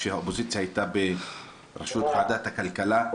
שהאופוזיציה הייתה בראשות ועדת הכלכלה,